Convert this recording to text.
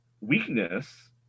weakness